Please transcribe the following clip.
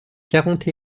quarante